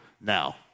now